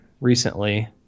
recently